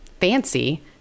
fancy